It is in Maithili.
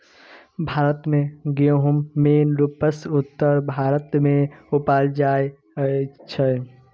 भारत मे गहुम मेन रुपसँ उत्तर भारत मे उपजाएल जाइ छै